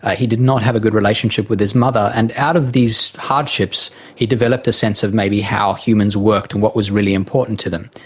ah he did not have a good relationship with his mother. and out of these hardships he developed a sense of maybe how humans worked and what was really important to them,